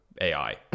AI